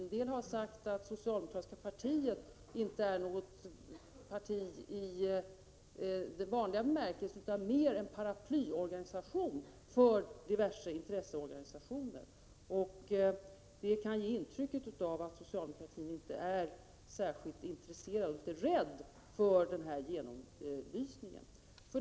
En del har sagt att socialdemokratiska partiet inte är något parti i den vanliga bemärkelsen utan mer en paraplyorganisation för diverse intresseorganisationer. Det kan ge intrycket av att socialdemokratin inte är särskilt intresserad och inte beredd för den här genomlysningen.